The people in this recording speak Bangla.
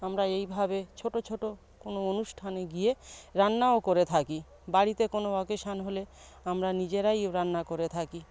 আমরা এইভাবে ছোটো ছোটো কোনো অনুষ্ঠানে গিয়ে রান্নাও করে থাকি বাড়িতে কোনো অকেশান হলে আমরা নিজেরাই রান্না করে থাকি